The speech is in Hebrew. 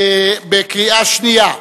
בקריאה שנייה.